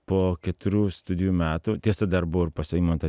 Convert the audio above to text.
po keturių studijų metų tiesa dar buvo ir pas eimontą